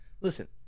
Listen